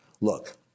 Look